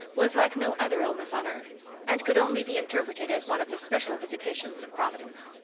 was like no other illness on earth and could only be interpreted as one of the special visitations of providence.